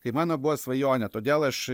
tai mano buvo svajonė todėl aš